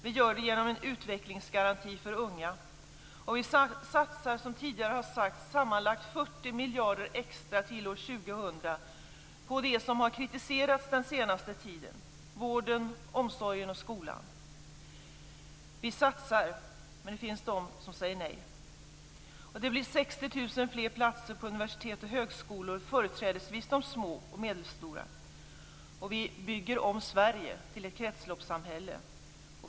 Vi gör det genom en utvecklingsgaranti för unga, och vi satsar, som tidigare har sagts, sammanlagt 40 miljarder extra till år 2000 på det som har kritiserats den senaste tiden: vården, omsorgen och skolan. Vi satsar, men det finns de som säger nej. Det blir 60 000 fler platser på universitet och högskolor, företrädesvis de små och medelstora. Vi bygger om Sverige till ett kretsloppssamhälle.